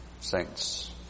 saints